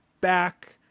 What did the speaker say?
back